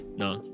no